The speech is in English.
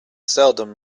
seldom